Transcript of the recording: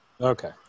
Okay